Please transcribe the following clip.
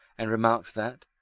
and remarked that,